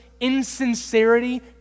insincerity